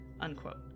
Unquote